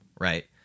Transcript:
right